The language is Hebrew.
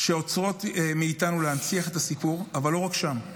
שעוצרות אותנו מלהנציח את הסיפור, אבל לא רק שם,